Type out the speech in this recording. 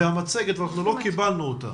לא קיבלנו את המצגת